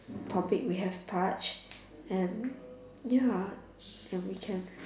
topic we have touched and ya and we can